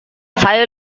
saya